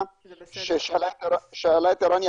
וכמה שפחות לבלבל את המוח לאזרח.